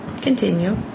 Continue